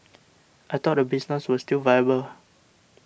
I thought the business was still viable